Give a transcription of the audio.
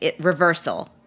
reversal